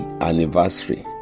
anniversary